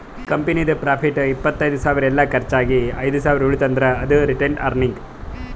ಕಂಪನಿದು ಪ್ರಾಫಿಟ್ ಇಪ್ಪತ್ತ್ ಸಾವಿರ ಎಲ್ಲಾ ಕರ್ಚ್ ಆಗಿ ಐದ್ ಸಾವಿರ ಉಳಿತಂದ್ರ್ ಅದು ರಿಟೈನ್ಡ್ ಅರ್ನಿಂಗ್